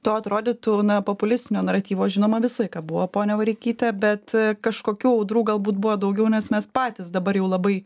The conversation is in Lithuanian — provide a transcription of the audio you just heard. to atrodytų na populistinio naratyvo žinoma visą laiką buvo ponia vareikyte bet kažkokių audrų galbūt buvo daugiau nes mes patys dabar jau labai